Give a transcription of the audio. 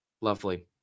lovely